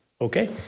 Okay